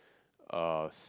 uh